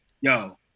yo